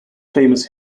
famous